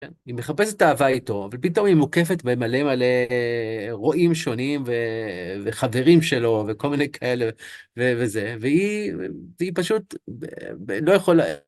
היא מחפשת אהבה איתו, ופתאום היא מוקפת במלא מלא אירועים שונים וחברים שלו, וכל מיני כאלה, וזה, והיא פשוט לא יכולה...